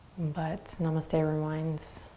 but namaste reminds,